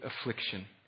affliction